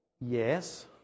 yes